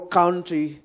country